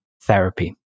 therapy